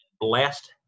blessed